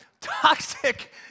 Toxic